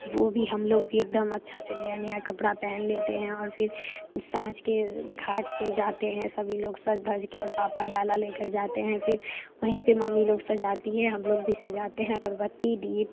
वो भी हम लोग भी एकदम अच्छा से नया नया कपड़ा पहन लेते हैं और फिर सांझ को घाट पे जाते हैं सभी लोग सज धजके और पापा डाला लेकर जाते हैं फिर वहीं मम्मी लोग सजाती हैं हम लोग भी सजाते हैं अगरबत्ती दीप